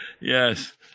Yes